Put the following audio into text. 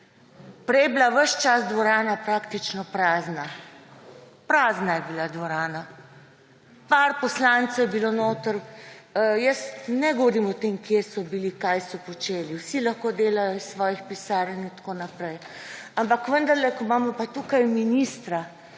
Prej je bila ves čas dvorana praktično prazna. Prazna je bila dvorana. Par poslancev je bilo notri, jaz ne govorim o tem, kje so bili, kaj so počeli, vsi lahko delajo iz svojih pisarn in tako naprej. Ampak vendarle, ko imamo pa tukaj ministra,